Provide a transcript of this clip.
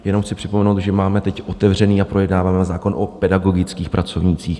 Jenom chci připomenout, že máme teď otevřený a projednáváme zákon o pedagogických pracovnících.